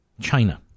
China